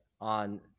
on